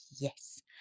yes